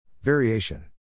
Variation